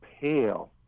pale